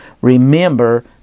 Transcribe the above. remember